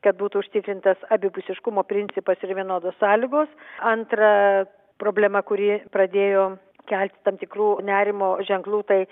kad būtų užtikrintas abipusiškumo principas ir vienodos sąlygos antra problema kuri pradėjo kelti tam tikrų nerimo ženklų tai